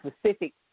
specific